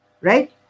Right